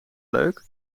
leuk